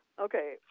Okay